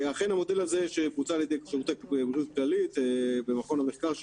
אכן המודל הזה שנוצר על ידי שירותי בריאות כללית במכון המחקר שלהם,